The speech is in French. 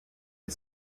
est